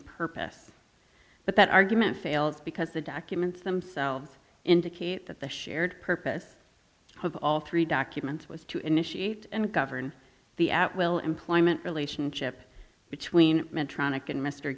purpose but that argument fails because the documents themselves indicate that the shared purpose of all three documents was to initiate and govern the at will employment relationship between m